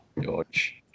George